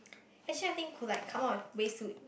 actually I think could like come up with ways to